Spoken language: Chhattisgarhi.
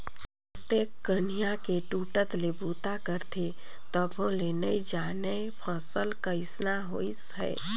अतेक कनिहा के टूटट ले बूता करथे तभो ले नइ जानय फसल कइसना होइस है